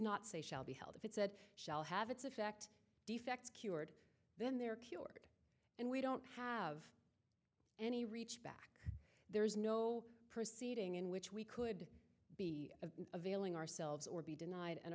not say shall be held if it's said shall have its effect defects cured then they are cured and we don't have any reach back there is no preceeding in which we could be availing ourselves or be denied and